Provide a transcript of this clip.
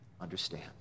understand